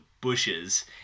bushes